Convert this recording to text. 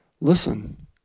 listen